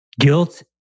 guilt